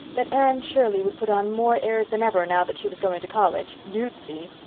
that anne shirley would put on more airs than ever now that she was going to college you'd see!